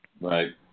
Right